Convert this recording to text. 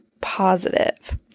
positive